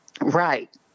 Right